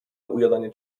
ujadanie